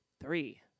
three